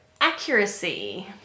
Accuracy